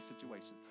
situations